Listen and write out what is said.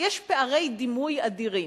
יש פערי דימוי אדירים.